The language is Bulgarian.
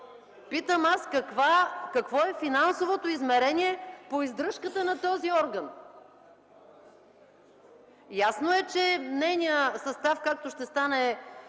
Питам: какво е финансовото измерение по издръжката на този орган? Ясно е, че нейният състав, както ще стане